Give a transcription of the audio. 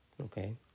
okay